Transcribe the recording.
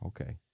Okay